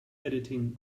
editing